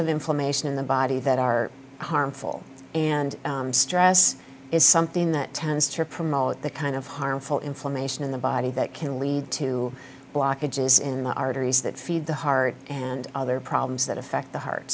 of inflammation in the body that are harmful and stress is something that tends to promote the kind of harmful inflammation in the body that can lead to blockages in the arteries that feed the heart and other problems that affect the heart